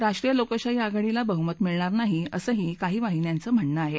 राष्ट्रीय लोकशाही आघाडीला बहुमत मिळणार नाही असंही काही वाहिन्यांचं म्हणणं आहे